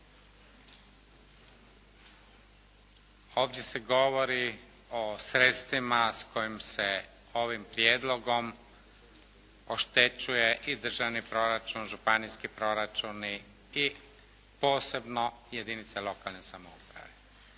Ovdje se govori o sredstvima kojim se ovim prijedlogom oštećuje i državni proračun, županijski proračuni i posebno jedinice lokalne samouprave.